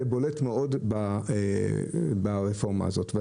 זה בולט מאוד ברפורמה הזאת.